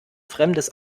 fremdes